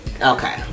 okay